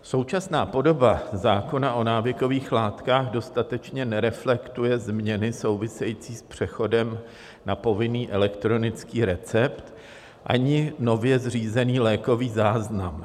Současná podoba zákona o návykových látkách dostatečně nereflektuje změny související s přechodem na povinný elektronický recept ani nově zřízený lékový záznam.